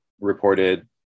reported